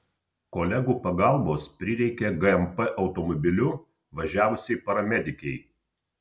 kolegų pagalbos prireikė gmp automobiliu važiavusiai paramedikei